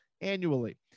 annually